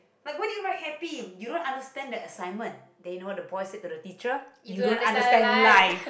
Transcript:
like why did you write happy you don't understand the assignment then you know what the boy said to the teacher you don't understand life